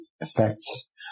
effects